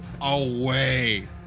away